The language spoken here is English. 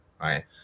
right